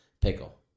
Pickle